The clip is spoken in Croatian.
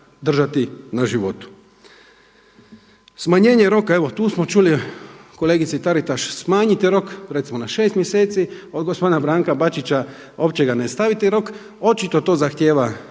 na životu. Smanjenje roka evo tu smo čuli kolegice Taritaš smanjite rok recimo na šest mjeseci, od gospodina Branka Bačića uopće ga ne staviti rok, očito to zahtjeva